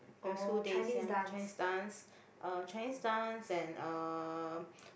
primary school days ya Chinese dance uh Chinese dance and um